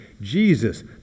Jesus